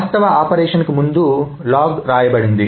వాస్తవ ఆపరేషన్కు ముందు లాగ్ వ్రాయబడింది